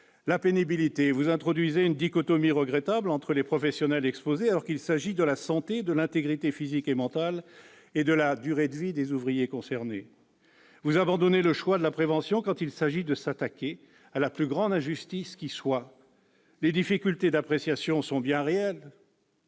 la pénibilité. Vous introduisez une dichotomie regrettable entre les professionnels exposés, alors qu'il s'agit de la santé, de l'intégrité physique et mentale, de la durée de vie des ouvriers concernés. Vous abandonnez le choix de la prévention quand il s'agit de s'attaquer à la plus grande injustice qui soit. Les difficultés d'appréciation sont bien réelles,